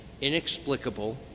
inexplicable